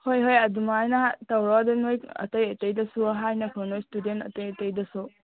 ꯍꯣꯏ ꯍꯣꯏ ꯑꯗꯨꯃꯥꯏꯅ ꯇꯧꯔ ꯑꯗꯨꯗꯤ ꯅꯣꯏ ꯑꯇꯩ ꯑꯇꯩꯗꯁꯨ ꯍꯥꯏꯅꯈꯣ ꯅꯣꯏ ꯁ꯭ꯇꯨꯗꯦꯟ ꯑꯇꯩ ꯑꯇꯩꯗꯁꯨ